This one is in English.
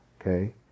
Okay